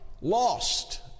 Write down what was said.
lost